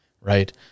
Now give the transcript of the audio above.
right